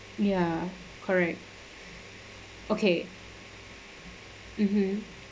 ya correct okay mmhmm